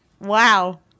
Wow